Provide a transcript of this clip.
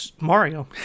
Mario